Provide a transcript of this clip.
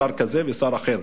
שר כזה ושר אחר.